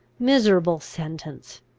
miserable sentence!